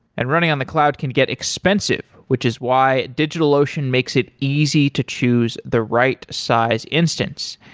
and running on the cloud can get expensive, which is why digitalocean makes it easy to choose the right size instance.